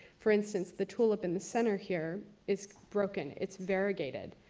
for instance, the tulip in the center here, it's broken. it's variegated.